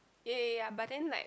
ya ya ya but then like